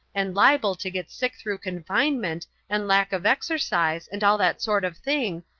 and liable to get sick through confinement and lack of exercise, and all that sort of thing,